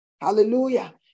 Hallelujah